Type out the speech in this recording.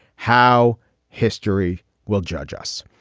how history will judge us,